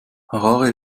harare